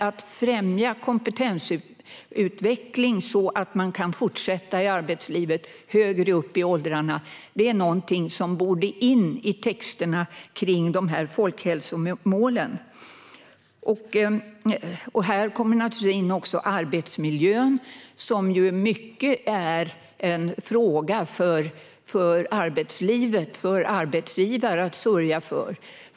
Att främja kompetensutveckling, så att man kan fortsätta i arbetslivet högre upp i åldrarna, är någonting som borde tas in i texterna kring folkhälsomålen. Här kommer naturligtvis också arbetsmiljön in, som ju mycket är en fråga för arbetsgivare att sörja för.